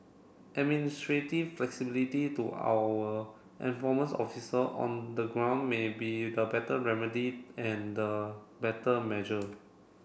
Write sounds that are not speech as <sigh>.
administrative flexibility to our <unintelligible> officer on the ground may be the better remedy and the better measure